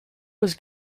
was